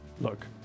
Look